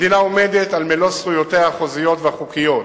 המדינה עומדת על מלוא זכויותיה החוזיות והחוקיות